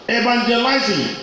evangelizing